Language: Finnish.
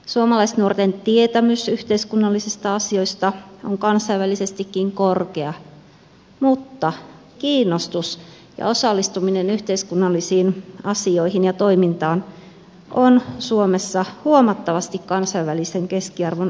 suomalaisnuorten tietämys yhteiskunnallisista asioista on kansainvälisestikin korkea mutta kiinnostus ja osallistuminen yhteiskunnallisiin asioihin ja toimintaan on suomessa huomattavasti kansainvälisen keskiarvon alapuolella